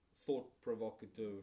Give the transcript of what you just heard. thought-provocative